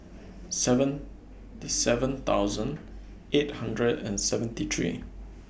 seven seven thousand eight hundred and seventy three